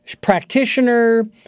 practitioner